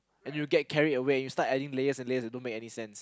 and you get carried away you start adding layer and layers that don't make sense